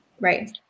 Right